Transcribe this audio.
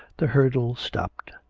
the hurdle stopped.